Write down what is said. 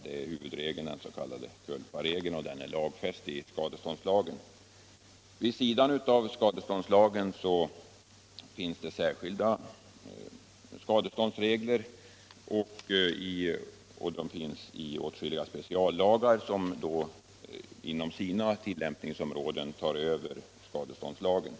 Det är huvudregeln — den s.k. culparegeln — och den Onsdagen den är lagfäst i skadeståndslagen. Vid sidan av skadeståndslagen finns sär 17 november 1976 skilda skadeståndsregler, och de finns i åtskilliga speciallagar som inom sina tillämpningsområden tar över skadeståndslagen.